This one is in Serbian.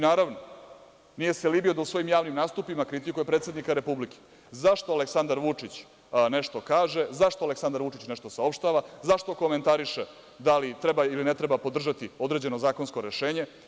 Naravno, nije se libio da u svojim javnim nastupima kritikuje predsednika republike, zašto Aleksandar Vučić nešto kaže, zašto Aleksandar Vučić nešto saopštava, zašto komentariše da li treba ili ne treba podržati određeno zakonsko rešenje.